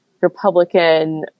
Republican